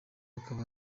akaba